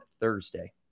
Thursday